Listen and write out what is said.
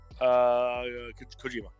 Kojima